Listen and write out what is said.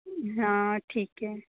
हाँ ठीक है